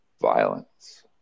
violence